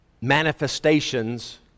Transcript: manifestations